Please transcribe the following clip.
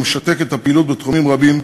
שמשתק את הפעילות בתחומים רבים,